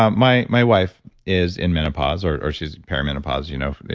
um my my wife is in menopause or or she's perimenopause, you know?